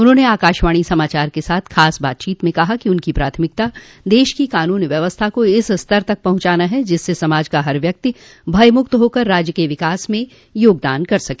उन्होंने आकाशवाणी समाचार के साथ खास बातचीत में कहा कि उनकी प्राथमिकता प्रदेश को कानून व्यवस्था को इस स्तर तक पहुंचाना है जिससे समाज का हर व्यक्ति भयमुक्त होकर राज्य के विकास में योगदान कर सके